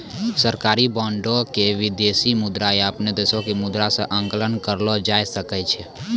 सरकारी बांडो के विदेशी मुद्रा या अपनो देशो के मुद्रा मे आंकलन करलो जाय सकै छै